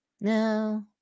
No